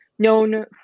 known